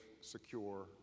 secure